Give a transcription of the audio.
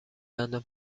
دندان